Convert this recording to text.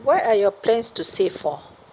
what are your plans to save for